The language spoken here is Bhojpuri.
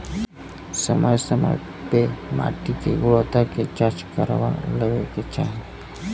समय समय पे माटी के गुणवत्ता के जाँच करवा लेवे के चाही